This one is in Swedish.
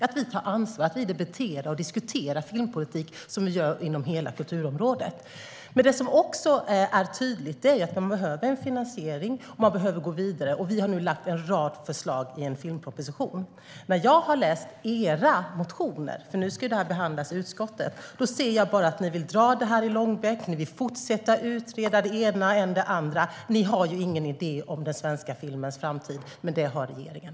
Vi ska ta ansvar, debattera och diskutera filmpolitik som vi gör i övrigt inom hela kulturområdet. Det som också är tydligt är att man behöver en finansiering och behöver gå vidare. Regeringen har nu lagt fram en rad förslag i en filmproposition. Jag har läst era motioner, eftersom frågan nu ska behandlas i utskottet, och ser bara att ni vill dra frågan i långbänk. Ni vill fortsätta att utreda än det ena och än det andra. Ni har ingen idé om den svenska filmens framtid, men det har regeringen.